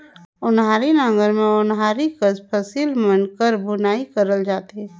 ओन्हारी नांगर मे ओन्हारी कस फसिल मन कर बुनई करल जाथे